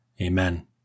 Amen